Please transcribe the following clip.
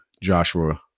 Joshua